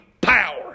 power